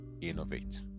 innovate